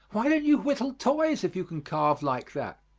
why don't you whittle toys if you can carve like that?